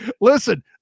listen